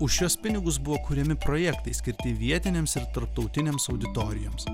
už šiuos pinigus buvo kuriami projektai skirti vietinėms ir tarptautinėms auditorijoms